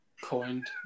Coined